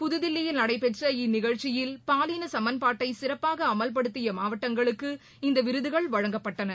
புதுதில்லியில் நடைபெற்ற இந்நிகழ்ச்சியில் பாலின சமன்பாட்டை சிறப்பாக அமல்படுத்திய மாவட்டங்களுக்கு இந்த விருதுகள் வழங்கப்பட்டன